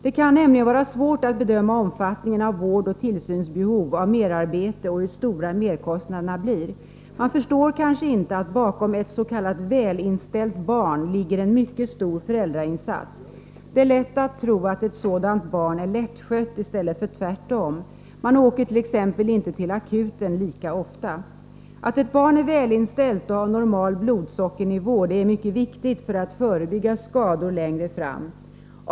Det kan nämligen vara svårt att bedöma omfattningen av vård, tillsynsbehov och merarbete samt hur stora merkostnaderna blir. Man förstår kanske inte att bakom ett ss.k. välinställt barn ligger en mycket stor föräldrainsats. Det är lätt att tro att ett sådant barn är lättskött i stället för tvärtom. Man åker t.ex. inte så ofta till akuten. Att ett barn är välinställt och har normal blodsockernivå är mycket viktigt när det gäller att förebygga skador längre fram.